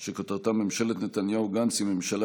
שכותרתה: ממשלת נתניהו-גנץ היא ממשלה